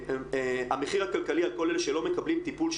המחיר הכלכלי הכולל שלא מקבלים טיפול,